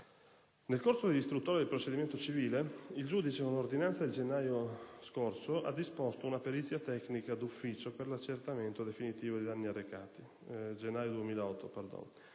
Nel corso dell'istruttoria del procedimento civile, il giudice, con ordinanza del gennaio 2008, ha disposto una perizia tecnica d'ufficio per l'accertamento definitivo dei danni arrecati.